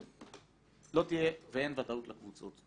לא תהיה ואין ודאות לקבוצות.